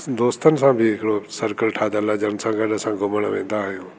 दोस्तनि सां बि सर्कल ठातल आहे जन सां गॾु असां घुमणु वेंदा आहियूं